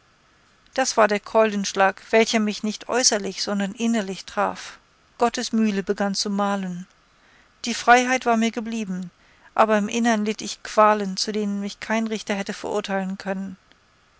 das war der keulenschlag welcher mich nicht äußerlich sondern innerlich traf gottes mühle begann zu mahlen die freiheit war mir geblieben aber im innern litt ich qualen zu denen mich kein richter hätte verurteilen können